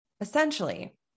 Essentially